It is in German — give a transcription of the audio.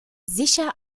sicher